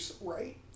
right